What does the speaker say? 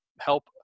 help